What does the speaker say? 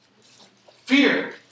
fear